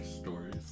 Stories